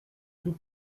tout